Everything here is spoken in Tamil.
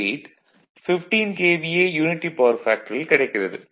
98 15 KVA யூனிடி பவர் ஃபேக்டரில் கிடைக்கிறது